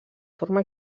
forma